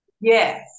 Yes